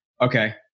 okay